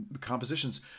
compositions